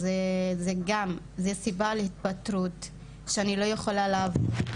אז זו גם סיבה להתפטרות שאני לא יכולה לעבוד.